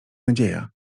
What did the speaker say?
nadzieja